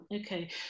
Okay